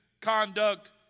conduct